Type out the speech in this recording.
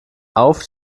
auf